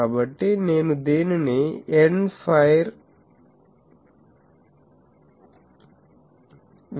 కాబట్టి నేను దీనిని ఎండ్ ఫైర్ విషయంగా కోరుకుంటున్నాను